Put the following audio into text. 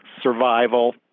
survival